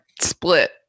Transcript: split